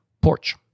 porch